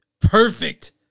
Perfect